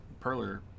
Perler